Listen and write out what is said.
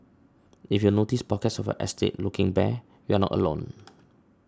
if you notice pockets of your estate looking bare you are not alone